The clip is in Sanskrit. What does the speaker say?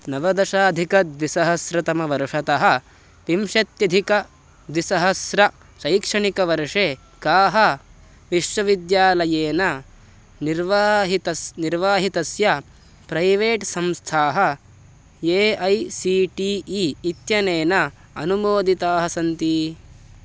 नवदशाधिकद्विसहस्रतमवर्षतः विंशत्यधिकद्विसहस्रशैक्षणिकवर्षे काः विश्वविद्यालयेन निर्वाहितस्य निर्वाहितस्य प्रैवेट् संस्थाः A I C T E इत्यनेन अनुमोदिताः सन्ति